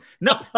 No